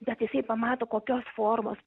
bet jisai pamato kokios formos